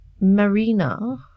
Marina